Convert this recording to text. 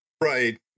Right